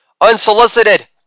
Unsolicited